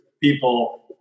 people